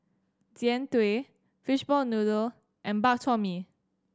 Jian Dui fishball noodle and Bak Chor Mee